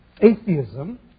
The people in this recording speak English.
Atheism